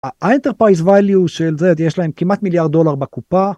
ה-enterprise value של זה יש להם כמעט מיליארד דולר בקופה.